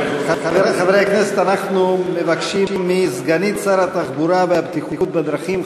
אנחנו מבקשים מסגנית שר התחבורה והבטיחות בדרכים,